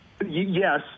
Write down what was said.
Yes